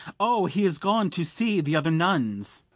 o, he is gone to see the other nuns.